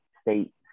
state